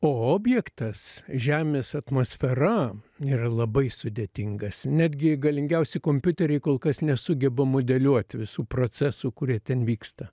o objektas žemės atmosfera yra labai sudėtingas netgi galingiausi kompiuteriai kol kas nesugeba modeliuoti visų procesų kurie ten vyksta